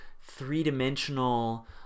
three-dimensional